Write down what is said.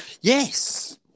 Yes